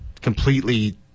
completely